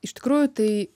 iš tikrųjų tai